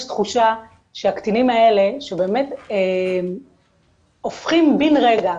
תחושה שהקטינים האלה שבאמת הופכים בין רגע,